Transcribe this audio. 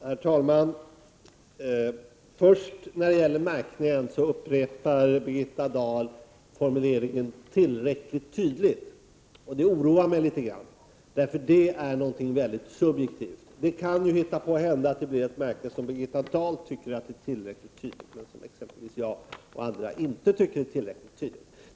Herr talman! När det gäller märkningen upprepar Birgitta Dahl formuleringen ”tillräckligt tydligt”. Det oroar mig litet grand, eftersom det är något mycket subjektivt. Det kan ju hända att det blir ett märke som Birgitta Dahl tycker är tillräckligt tydligt men som exempelvis jag och andra inte tycker är tillräckligt tydligt.